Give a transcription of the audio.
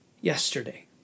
yesterday